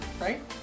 right